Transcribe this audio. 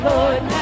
Lord